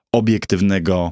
obiektywnego